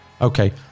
Okay